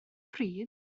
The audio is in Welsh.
pryd